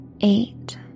eight